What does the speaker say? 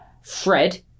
Fred